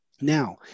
Now